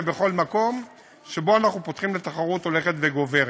ובכל מקום שבו אנחנו פותחים לתחרות הולכת וגוברת.